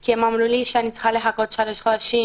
כי אמרו לי שאני צריכה לחכות שלושה חודשים,